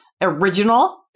original